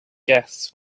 guests